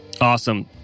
Awesome